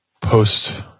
post